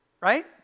Right